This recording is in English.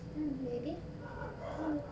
hmm maybe mm